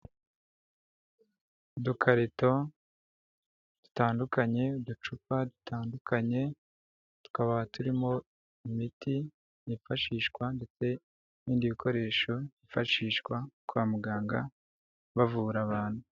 Iduka rito ritandukanye uducupa dutandukanye, tukaba turimo imiti yifashishwa ndetse n'ibindi bikoresho byifashishwa kwa muganga bavura abantu.